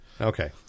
Okay